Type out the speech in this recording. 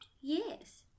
Yes